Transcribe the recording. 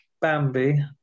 Bambi